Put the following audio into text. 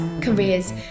careers